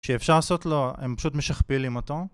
כשאפשר לעשות לו הם פשוט משכפלים אותו